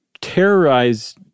terrorize